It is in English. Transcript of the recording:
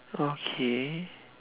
okay